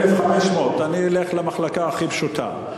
1,500, אני אלך למחלקה הכי פשוטה.